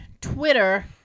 Twitter